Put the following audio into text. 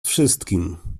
wszystkim